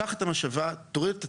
קח את המשאבה, תוריד את התרמוסטט,